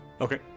okay